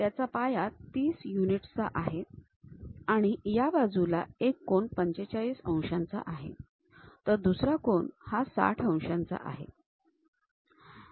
त्याचा पाया 30 युनिट्स चा आहे आणि या बाजूला एक कोन 45 अंशांचा आहे तर दुसरा कोन हा 60 अंशांचा आहे